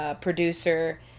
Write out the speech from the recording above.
producer